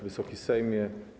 Wysoki Sejmie!